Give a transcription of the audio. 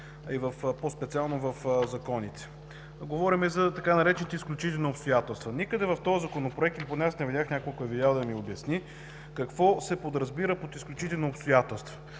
и по-специално в законите. Говорим за така наречените „изключителни обстоятелства”. Никъде в този Законопроект, или поне аз не видях, някой ако е видял, да ми обясни какво се подразбира под „изключителни обстоятелства”,